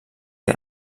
que